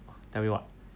tell me what